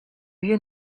you